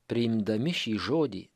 priimdami šį žodį